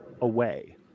away